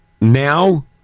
now